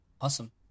Awesome